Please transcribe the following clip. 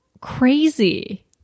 crazy